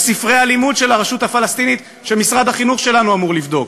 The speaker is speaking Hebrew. את ספרי הלימוד של הרשות הפלסטינית שמשרד החינוך שלנו אמור לבדוק,